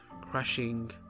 crashing